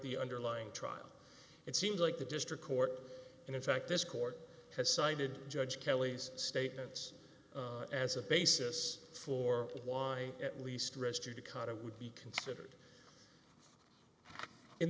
the underlying trial it seems like the district court and in fact this court has sided judge kelly's statements as a basis for why at least register to kind of would be considered in